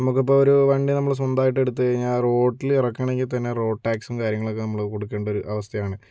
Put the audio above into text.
നമ്മക്കിപ്പോ ഒരു വണ്ടി നമ്മള് സ്വന്തായിട്ട് എടുത്ത് കഴിഞ്ഞാൽ ആ റോട്ടിലിറക്കണമെങ്കിൽ തന്നെ റോഡ് ടാക്സും കാര്യങ്ങളൊക്കെ നമ്മള് കൊടുക്കണ്ട ഒരു അവസ്ഥയാണ്